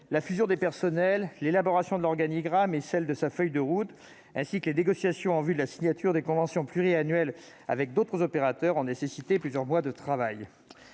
la fusion des personnels, l'élaboration de l'organigramme et celle de sa feuille de route, ainsi que les négociations en vue de la signature des conventions pluriannuelles avec d'autres opérateurs ont nécessité plusieurs mois de travail.